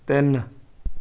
ਤਿੰਨ